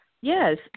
yes